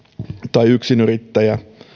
tai yksinyrittäjä